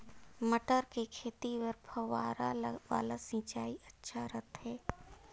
मटर के खेती बर फव्वारा वाला सिंचाई अच्छा रथे?